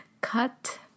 cut